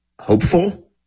hopeful